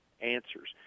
answers